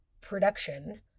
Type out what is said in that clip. production